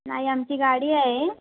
नाही आमची गाडी आहे